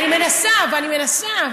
אני מנסה ומנסה.